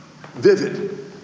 vivid